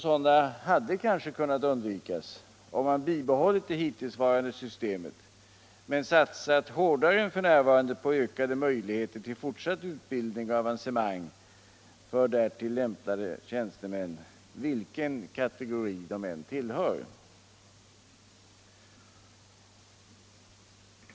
Sådana hade kanske kunnat undvikas, om man bibehållit det hittillsvarande systemet men satsat hårdare än f.n. på ökade möjligheter till fortsatt utbildning och avancemang för därtill lämpade tjänstemän, vilken kategori de än tillhör.